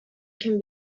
can